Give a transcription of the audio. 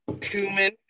cumin